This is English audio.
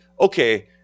okay